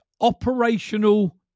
operational